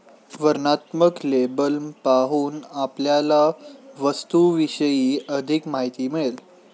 वर्णनात्मक लेबल पाहून आपल्याला वस्तूविषयी अधिक माहिती मिळेल